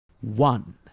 one